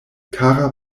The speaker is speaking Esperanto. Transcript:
kara